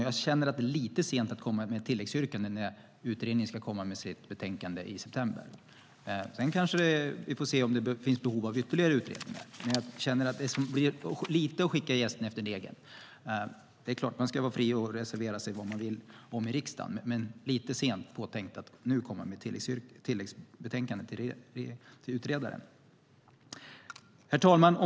Jag känner att det är lite sent att komma med ett tilläggsyrkande när utredningen ska komma med sitt betänkande i september. Sedan kan vi se om det finns behov av ytterligare utredningar, men detta blir lite av att skicka jästen efter degen. Det är klart att man ska vara fri att reservera sig för vad man vill i riksdagen, men det är lite sent påtänkt att nu komma med ett tilläggsbetänkande till utredaren. Herr talman!